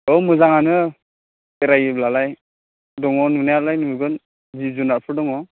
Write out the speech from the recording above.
औ मोजाङोनो बेरायोब्लालाय दङ नुनायालाय नुगोन जिब जुनारफोर दङ